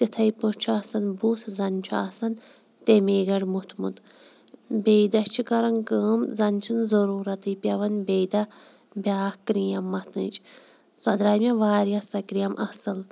تِتھَے پٲٹھۍ چھُ آسان بُتھ زَنہٕ چھُ آسان تمے گڑِ موٚتھمُت بیٚیہِ دۄہ چھِ کَران کٲم زَنہٕ چھِنہٕ ضروٗرَتٕے پیٚوان بیٚیہِ دۄہ بیٛاکھ کِرٛیٖم مَتھنٕچ سۄ درٛاے مےٚ واریاہ سۄ کِرٛیٖم اَصٕل